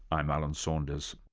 i'm alan saunders.